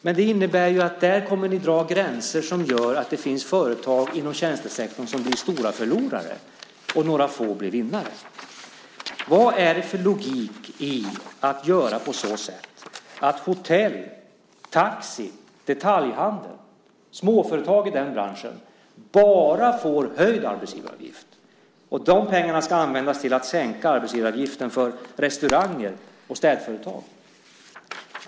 Men det innebär att ni där kommer att dra gränser som gör att det finns företag inom tjänstesektorn som blir stora förlorare och några få som blir vinnare. Vad är det för logik i att göra på så sätt att småföretag i hotell-, taxi och detaljhandelsbranschen bara får höjd arbetsgivaravgift? Dessa pengar ska användas till att sänka arbetsgivaravgiften för restauranger och städföretag.